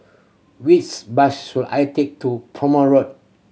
which bus should I take to Prome Road